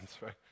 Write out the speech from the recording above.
right